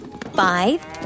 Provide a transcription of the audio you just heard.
Five